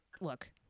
look